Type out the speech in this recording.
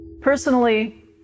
Personally